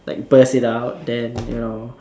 like burst it out then you know